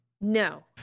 No